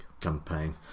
campaign